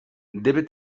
debe